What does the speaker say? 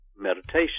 meditation